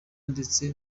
ndetse